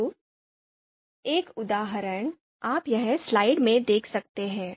तो एक उदाहरण आप यहां स्लाइड में देख सकते हैं